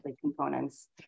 components